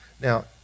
Now